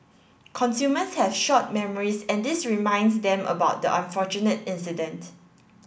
consumers have short memories and this reminds them about the unfortunate incident